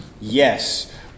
yes